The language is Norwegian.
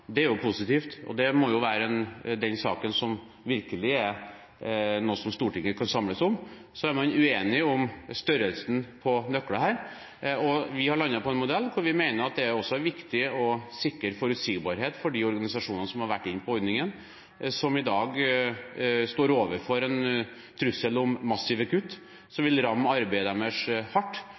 Det er positivt, og det må jo være den saken som virkelig er noe som Stortinget kan samles om. Så er man uenig om størrelsen på nøklene her. Vi har landet på en modell hvor vi mener at det også er viktig å sikre forutsigbarhet for de organisasjonene som har vært inne i ordningen, som i dag står overfor en trussel om massive kutt som vil ramme arbeidet deres hardt.